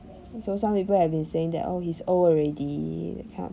so some people have been saying that oh he's old already that kind of